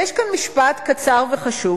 ויש כאן משפט קצר וחשוב,